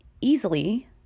easily